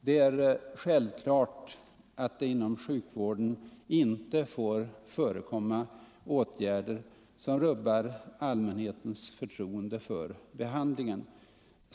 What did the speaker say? Det är självklart att det inom sjukvården inte får förekomma åtgärder som rubbar allmänhetens förtroende för behandlingen.